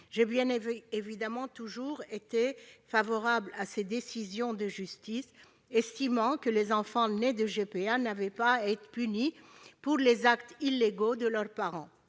J'ai bien évidemment toujours été favorable à ces décisions de justice, estimant que les enfants nés de GPA n'avaient pas à être punis pour les actes illégaux de leurs parents.